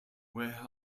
where